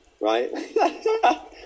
right